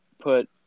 put